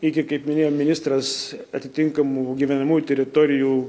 iki kaip minėjo ministras atitinkamų gyvenamųjų teritorijų